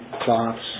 cloths